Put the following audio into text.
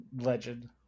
legend